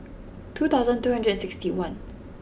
two thousand two hundred and sixty one